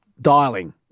Dialing